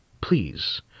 Please